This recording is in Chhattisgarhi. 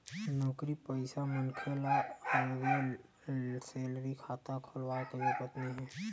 नउकरी पइसा मनखे ल अलगे ले सेलरी खाता खोलाय के जरूरत नइ हे